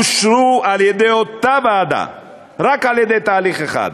אושרו על-ידי אותה ועדה רק בתהליך אחד,